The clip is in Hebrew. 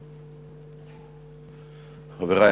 חברי,